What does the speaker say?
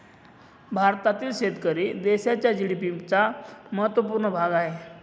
भारतातील शेतकरी देशाच्या जी.डी.पी चा महत्वपूर्ण भाग आहे